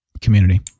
Community